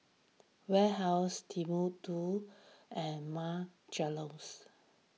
Warehouse Timbuk two and Marc Jacobs